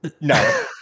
No